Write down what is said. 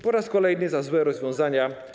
Po raz kolejny za złe rozwiązania